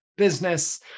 business